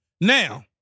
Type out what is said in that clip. Now